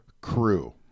crew